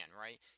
right